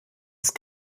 ist